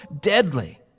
deadly